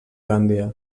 gandia